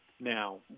Now